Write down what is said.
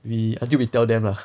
we until we tell them lah